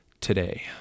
today